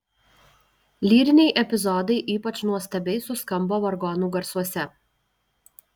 lyriniai epizodai ypač nuostabiai suskambo vargonų garsuose